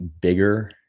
bigger